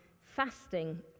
fasting